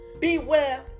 beware